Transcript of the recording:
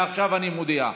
מעכשיו אני מודיע: